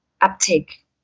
uptake